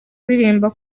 kuririmba